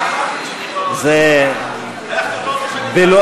אין ארוחות חינם,